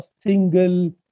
single